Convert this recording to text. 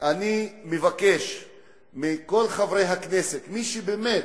אני מבקש מכל חברי הכנסת, מי שבאמת,